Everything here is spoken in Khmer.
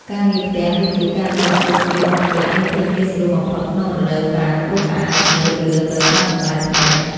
ការងារផ្ទះដូចជាការបោកគក់សម្លៀកបំពាក់មានភាពងាយស្រួលបំផុតក្នុងរដូវប្រាំងព្រោះខោអាវស្ងួតលឿនដោយសារកម្តៅថ្ងៃ។